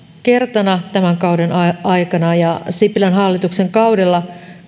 kertana tämän kauden aikana ja sipilän hallituksen kaudella